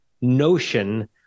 notion